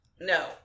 No